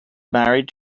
married